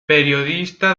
periodista